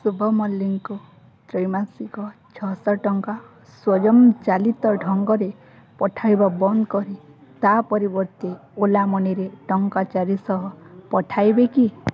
ଶୁଭ ମଲ୍ଲିକଙ୍କୁ ତ୍ରୈମାସିକ ଛଅଶହ ଟଙ୍କା ସ୍ୱୟଂ ଚାଳିତ ଢଙ୍ଗରେ ପଠାଇବା ବନ୍ଦ କରି ତା ପରିବର୍ତ୍ତେ ଓଲା ମନିରେ ଟଙ୍କା ଚାରିଶହ ପଠାଇବେ କି